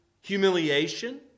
humiliation